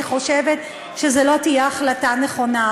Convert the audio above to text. אני חושבת שזו לא תהיה החלטה נכונה.